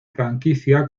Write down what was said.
franquicia